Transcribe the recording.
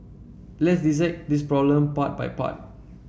let's dissect this problem part by part